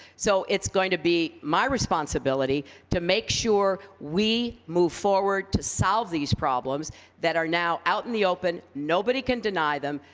so, it's going to be my responsibility to make sure we move forward to solve these problems that are now out in the open. nobody can deny them.